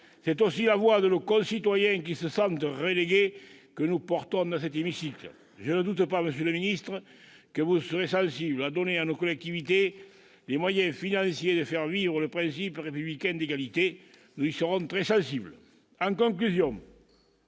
C'est aussi la voix de nos concitoyens qui se sentent relégués que nous portons dans cet hémicycle. Je ne doute pas, monsieur le secrétaire d'État, que vous serez sensible à la nécessité de donner à nos collectivités territoriales les moyens financiers de faire vivre le principe républicain d'égalité. Nous y serons très sensibles. En conclusion,